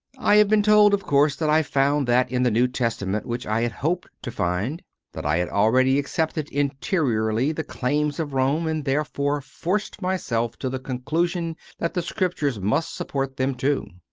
i have been told, of course, that i found that in the new testament which i had hoped to find that i had already accepted interiorly the claims of rome, and therefore forced myself to the conclu sion that the scriptures must support them too.